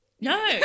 No